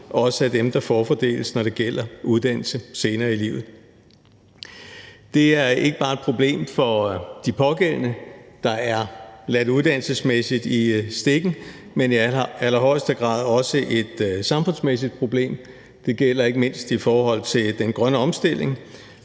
også er dem, der forfordeles, når det gælder uddannelse senere i livet. Det er ikke bare et problem for de pågældende, der er ladt uddannelsesmæssigt i stikken, men i allerhøjeste grad også et samfundsmæssigt problem. Det gælder ikke mindst i forhold til den grønne omstilling.